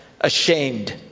ashamed